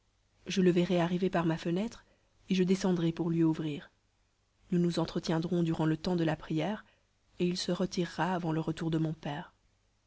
je le verrai arriver par ma fenêtre et je descendrai pour lui ouvrir nous nous entretiendrons durant le temps de la prière et il se retirera avant le retour de mon père